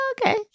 Okay